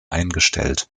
eingestellt